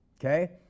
okay